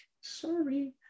sorry